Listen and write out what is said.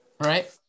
Right